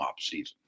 offseason